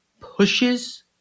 pushes